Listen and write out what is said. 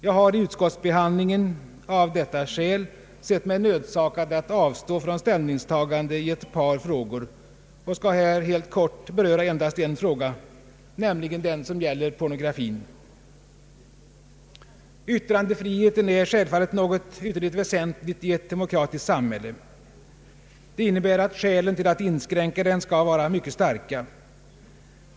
Jag har i utskottsbehandlingen av detta skäl sett mig nödsakad att avstå från ställningstagande i ett par frågor och skall här helt kort beröra endast en fråga, nämligen den som gäller pornografin. Yttrandefriheten är självfallet något ytterligt väsentligt i ett demokratiskt samhälle. Det innebär att skälen till att inskränka den skall vara mycket starka.